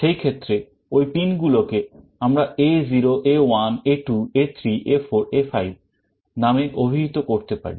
সেই ক্ষেত্রে ওই pinগুলোকে আমরা A0 A1 A2 A3 A4 A5 নামে অভিহিত করতে পারি